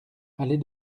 allée